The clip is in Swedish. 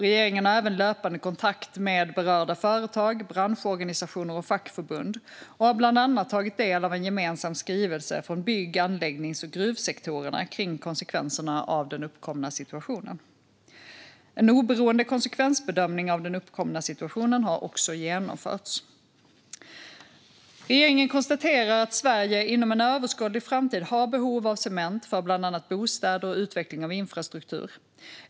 Regeringen har även löpande kontakt med berörda företag, branschorganisationer och fackförbund och har bland annat tagit del av en gemensam skrivelse från bygg, anläggnings och gruvsektorerna kring konsekvenserna av den uppkomna situationen. En oberoende konsekvensbedömning av den uppkomna situationen har också genomförts. Regeringen konstaterar att Sverige inom en överskådlig framtid har behov av cement för bland annat byggandet av bostäder och utveckling av infrastruktur.